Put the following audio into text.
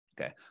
Okay